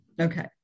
Okay